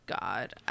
god